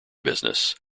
business